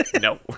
No